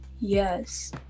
Yes